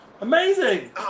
Amazing